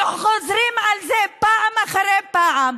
וחוזרים על זה פעם אחרי פעם,